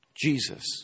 Jesus